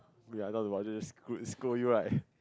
oh ya a lot of screw scold you right